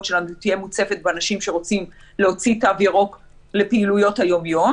שלנו תהיה מוצפת באנשים שרוצים להוציא תו ירוק לפעילויות היום-יום,